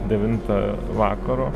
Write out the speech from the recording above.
devintą vakaro